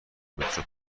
مترو